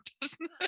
business